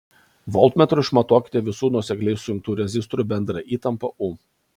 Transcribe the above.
voltmetru išmatuokite visų nuosekliai sujungtų rezistorių bendrąją įtampą u